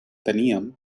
teníem